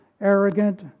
arrogant